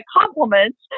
compliments